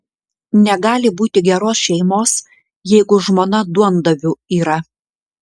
negali būti geros šeimos jeigu žmona duondaviu yra